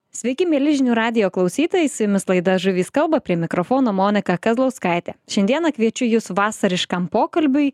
sveiki mieli žinių radijo klausytojai su jumis laida žuvys kalba prie mikrofono monika kazlauskaitė šiandieną kviečiu jus vasariškam pokalbiui